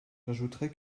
j’ajouterai